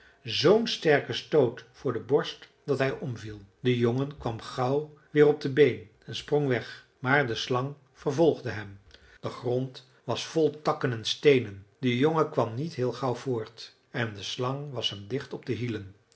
zoo'n sterken stoot voor de borst dat hij omviel de jongen kwam gauw weer op de been en sprong weg maar de slang vervolgde hem de grond was vol takken en steenen de jongen kwam niet heel gauw voort en de slang was hem dicht op de hielen